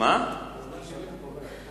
בלתי מוגבל.